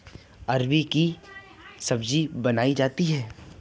अरबी की सब्जी बनायीं जाती है